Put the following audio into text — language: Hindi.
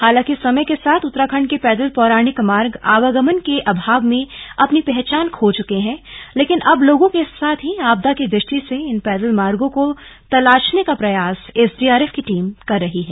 हांलाकि समय के साथ उत्तराखंड के पैदल पौराणिक मार्ग आवागमन के अभाव मे अपनी पहचान खो चुके हैं लेकिन अब लोगों के साथ ही आपदा की दृष्टि से इन पैदल मार्गों को तलाश करने का प्रयास एसडीआरएफ की टीम कर रही है